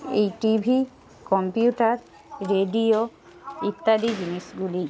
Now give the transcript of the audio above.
এই TV computer radio ইত্যাদি জিনিসগুলি